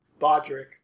Bodrick